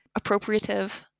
appropriative